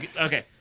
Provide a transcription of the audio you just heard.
okay